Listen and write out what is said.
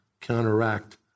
counteract